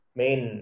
main